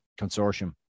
consortium